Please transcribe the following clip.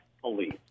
police